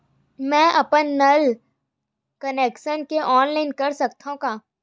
मैं अपन नल कनेक्शन के ऑनलाइन कर सकथव का?